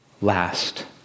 last